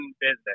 business